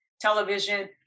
television